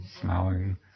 smelling